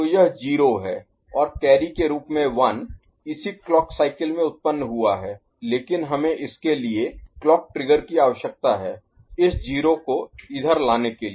तो यह 0 है और कैरी के रूप में 1 इसी क्लॉक साइकिल में उत्पन्न हुआ है लेकिन हमें इसके लिए क्लॉक ट्रिगर की आवश्यकता है इस 0 को इधर लाने के लिए